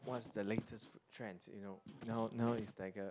what's the latest food trends you know now now it's like a